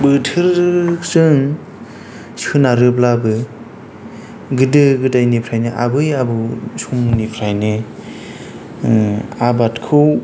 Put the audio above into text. बोथोरजों सोनारोब्लाबो गोदो गोदायनिफ्रायनो आबै आबौ समनिफ्रायनो आबादखौ